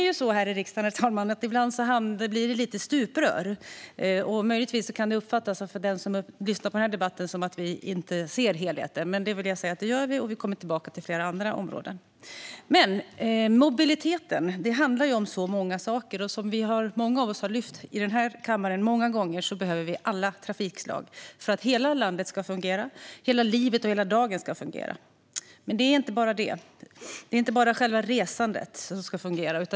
I riksdagen blir det dock lite stuprör ibland, och den som lyssnar på debatten kan därför uppfatta det som att vi inte ser helheten. Men det gör vi, och vi kommer att återkomma till andra områden. Mobilitet handlar om så mycket, och som många av oss har lyft fram ett flertal gånger i kammaren behövs alla trafikslag för att hela landet, livet och dagen ska fungera. Men det är inte bara själva resandet som ska fungera.